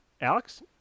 Alex